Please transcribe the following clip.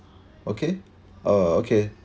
okay uh okay